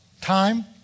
Time